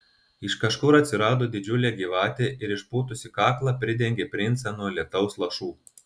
iš kažkur atsirado didžiulė gyvatė ir išpūtusi kaklą pridengė princą nuo lietaus lašų